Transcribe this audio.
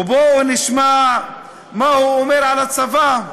ובואו נשמע מה הוא אומר על הצבא.